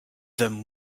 them